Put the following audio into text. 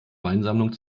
weinsammlung